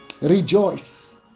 Rejoice